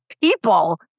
people